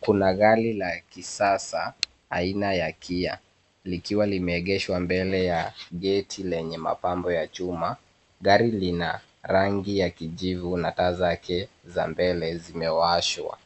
Kuna gari la kisasa aina ya Kia likiwa limeegeshwa mbele ya geti lenye mapambo ya chuma. Gari lina rangi ya kijivu na taa zake za mbele zimewashwa.